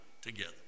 together